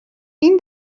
این